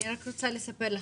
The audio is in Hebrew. אני רק רוצה לספר לך,